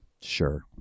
Sure